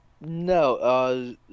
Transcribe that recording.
No